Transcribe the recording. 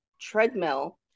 treadmill